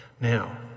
Now